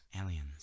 Aliens